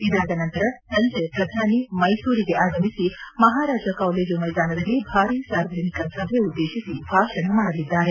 ಇದಾದ ನಂತರ ಸಂಜೆ ಪ್ರಧಾನಿ ಮೈಸೂರಿಗೆ ಆಗಮಿಸಿ ಮಹಾರಾಜ ಕಾಲೇಜು ಮೈದಾನದಲ್ಲಿ ಭಾರಿ ಸಾರ್ವಜನಿಕ ಸಭೆ ಉದ್ದೇಶಿಸಿ ಭಾಷಣ ಮಾಡಲಿದ್ದಾರೆ